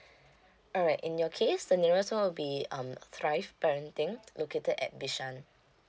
alright in your case the nearest one will be um strife parenting located at bishan